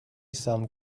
some